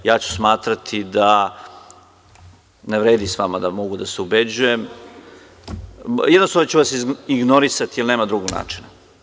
Ja ću smatrati da ne vredi da se sa vama ubeđujem i jednostavno ću vas ignorisati, jer nema drugog načina.